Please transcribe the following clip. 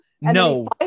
No